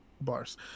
bars